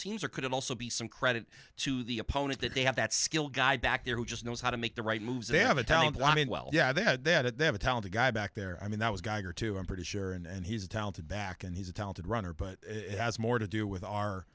teams or could it also be some credit to the opponent that they have that skill guy back there who just knows how to make the right moves they have a talented i mean well yeah they had that they have a talented guy back there i mean that was geiger to i'm pretty sure and he's a talented back and he's a talented runner but it has more to do with our